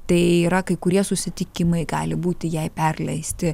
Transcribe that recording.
tai yra kai kurie susitikimai gali būti jai perleisti